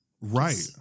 Right